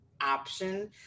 option